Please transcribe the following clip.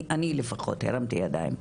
אני לפחות הרמתי ידיים,